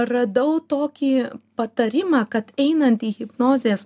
radau tokį patarimą kad einant į hipnozės